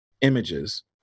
images